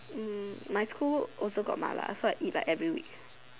mm my school also got mala so I eat like every week